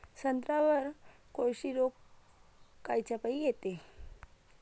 संत्र्यावर कोळशी रोग कायच्यापाई येते?